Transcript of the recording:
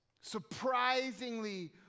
surprisingly